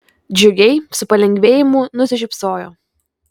džiugiai su palengvėjimu nusišypsojo